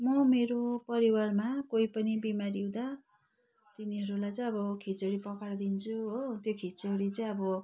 म मेरो परिवारमा कोही पनि बिमारी हुँदा तिनीहरूलाई चाहिँ अब खिचडी पकाएर दिन्छु हो त्यो खिचडी चाहिँ अब